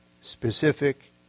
specific